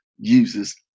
uses